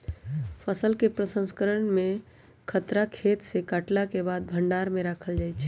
फसल के प्रसंस्करण में एकरा खेतसे काटलाके बाद भण्डार में राखल जाइ छइ